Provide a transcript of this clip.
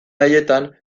haietan